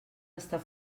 estar